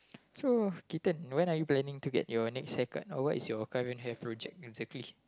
so Keaton when are you planning to get your next haircut or what is your current hair project exactly